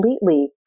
completely